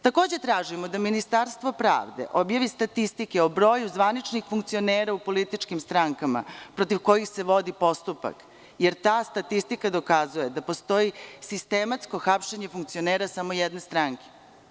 Takođe tražimo da Ministarstvo pravde objavi statistike o broju zvaničnih funkcionera u političkim strankama protiv kojih se vodi postupak, jer ta statistika dokazuje da postoji sistematsko hapšenje funkcionera samo jedne stranke.